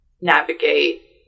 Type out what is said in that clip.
navigate